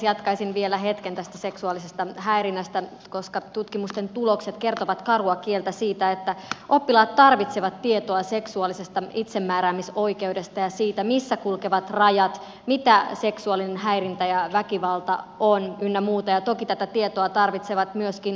jatkaisin vielä hetken tästä seksuaalisesta häirinnästä koska tutkimusten tulokset kertovat karua kieltä siitä että oppilaat tarvitsevat tietoa seksuaalisesta itsemääräämisoikeudesta ja siitä missä kulkevat rajat mitä seksuaalinen häirintä ja väkivalta on ynnä muuta ja toki tätä tietoa tarvitsevat myöskin opettajat